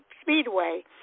Speedway